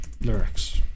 lyrics